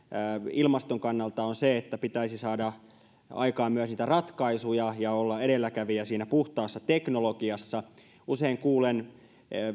ilmaston kannalta on se että pitäisi saada aikaan myös niitä ratkaisuja ja olla edelläkävijä siinä puhtaassa teknologiassa usein kuulen